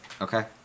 Okay